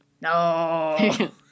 No